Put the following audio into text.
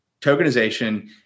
tokenization